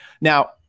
Now